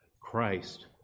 Christ